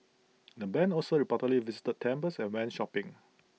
the Band also reportedly visited temples and went shopping